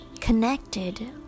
connected